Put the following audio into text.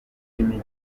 indi